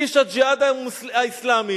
איש "הג'יהאד האסלאמי"